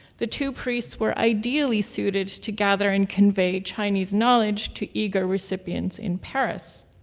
the two priests were ideally suited to gather and convey chinese knowledge to eager recipients in paris.